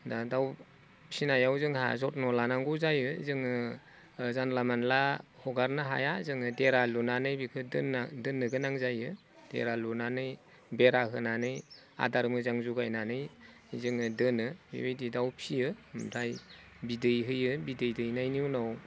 दा दाउ फिनायाव जोंहा जथ्न लानांगौ जायो जोङो जानला मोनला हगारनो हाया जोङो देरा लुनानै बेखौ दोननो गोनां जायो देरा लुनानै बेरा होनानै आदार मोजां जगायनानै जोङो दोनो बेबायदि दाउ फियो ओमफ्राय बिदै होयो बिदै दैनायनि उनाव